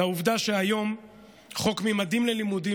לעובדה שהיום חוק ממדים ללימודים,